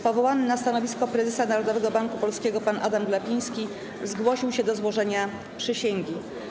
Powołany na stanowisko prezesa Narodowego Banku Polskiego pan Adam Glapiński zgłosił się do złożenia przysięgi.